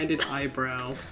eyebrow